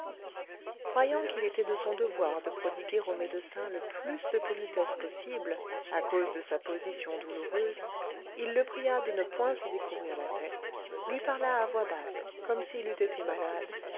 croyant qu'il était de son devoir de prodiguer au médecin le plus de politesses possible à cause de sa position douloureuse il le pria de ne point se découvrir la tête lui parla à voix basse comme s'il eût été malade